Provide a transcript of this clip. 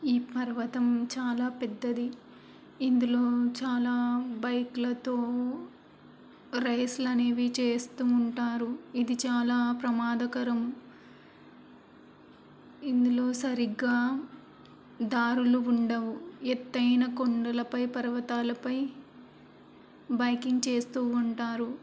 ఈ పర్వతం చాలా పెద్దది ఇందులో చాలా బైక్లతో రేస్లు అనేవి చేస్తూ ఉంటారు ఇది చాలా ప్రమాదకరం ఇందులో సరిగ్గా దారులు ఉండవు ఎత్తైన కొండలపై పర్వతాలపై బైకింగ్ చేస్తూ ఉంటారు